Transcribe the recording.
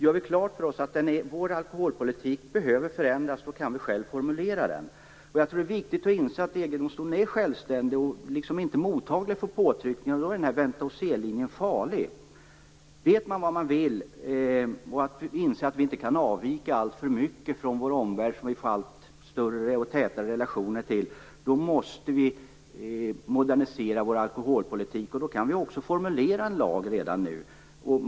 Gör vi klart för oss att vår alkoholpolitik behöver förändras kan vi själva formulera den. Jag tror att det är viktigt att inse att EG-domstolen är självständig och inte mottaglig för påtryckningar, och då är den här vänta-och-se-linjen farlig. Om vi vet vad vi vill och inser att vi inte kan avvika alltför mycket från vår omvärld, som vi får alltfler och tätare relationer till, måste vi modernisera vår alkoholpolitik. Då kan vi också formulera en lag redan nu.